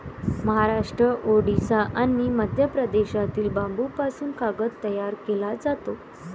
महाराष्ट्र, ओडिशा आणि मध्य प्रदेशातील बांबूपासून कागद तयार केला जातो